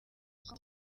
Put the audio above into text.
bwo